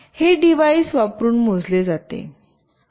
हे डिव्हाइस वापरून मोजले जाते